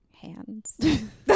hands